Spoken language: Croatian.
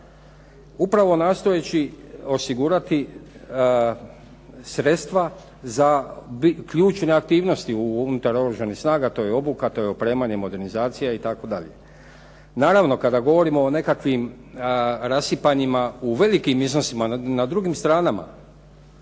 upravo nastojeći osigurati sredstva za ključne aktivnosti unutar oružanih snaga, to je obuka, to je opremanje, modernizacija itd. Naravno kada govorimo o nekakvim rasipanjima u velikim iznosima na drugim stranama,